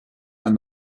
and